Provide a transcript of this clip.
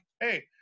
hey